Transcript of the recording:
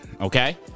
Okay